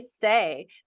say